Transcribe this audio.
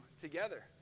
together